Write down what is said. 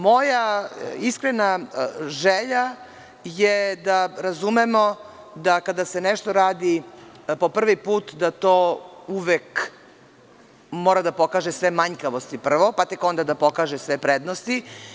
Moja iskrena želja je da razumemo da kada se nešto radi po prvi put da to uvek mora da pokaže sve manjkavosti prvo, pa tek onda da pokaže sve prednosti.